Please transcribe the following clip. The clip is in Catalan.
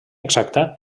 exacta